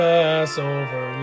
Passover